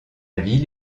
ville